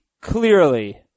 clearly